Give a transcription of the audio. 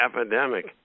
epidemic